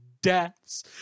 deaths